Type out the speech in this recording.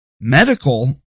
medical